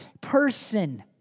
person